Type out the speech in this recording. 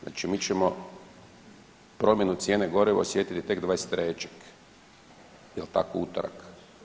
Znači mi ćemo promjenu cijene goriva osjetiti tek 23. jel tako, u utorak.